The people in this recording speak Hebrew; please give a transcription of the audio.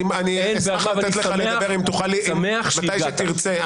אני שמח שהגעת לוועדה.